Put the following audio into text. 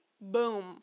Boom